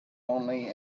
only